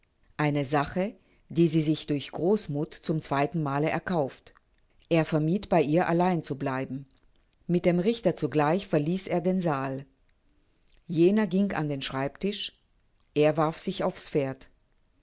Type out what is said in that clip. eine sache die sie sich durch großmuth zum zweitenmale erkauft er vermied bei ihr allein zu bleiben mit dem richter zugleich verließ er den saal jener ging an den schreibtisch er warf sich auf's pferd